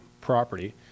property